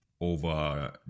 over